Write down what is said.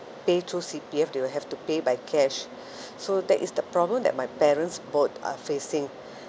pay through C_P_F they will have to pay by cash so that is the problem that my parents both are facing